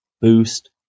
Boost